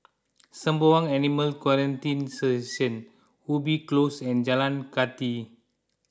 Sembawang Animal Quarantine Station Ubi Close and Jalan Kathi